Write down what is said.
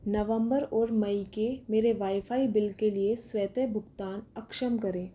नवंबर और मई के मेरे वाईफाई बिल के लिए स्वतः भुगतान अक्षम करें